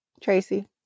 Tracy